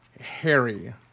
Harry